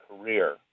career